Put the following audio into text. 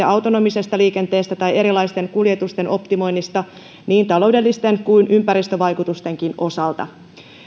autonomisesta liikenteestä tai erilaisten kuljetusten optimoinnista niin taloudellisten kuin ympäristövaikutustenkin osalta